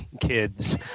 kids